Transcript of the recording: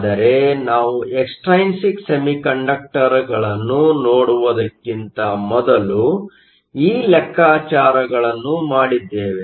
ಆದರೆ ನಾವು ಎಕ್ಸ್ಟ್ರೈನ್ಸಿಕ್ ಸೆಮಿಕಂಡಕ್ಟರ್ಗಳನ್ನು ನೋಡುವುದಕ್ಕಿಂತ ಮೊದಲು ಈ ಲೆಕ್ಕಾಚಾರಗಳನ್ನು ಮಾಡಿದ್ದೇವೆ